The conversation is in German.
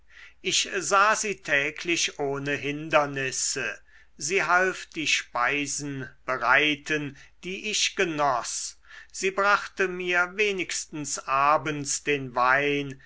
ich sah sie täglich ohne hindernisse sie half die speisen bereiten die ich genoß sie brachte mir wenigstens abends den wein